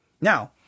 Now